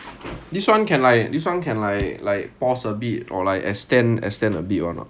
this one can like this one can like like pause a bit or like extend extend a bit or not